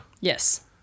yes